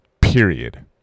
Period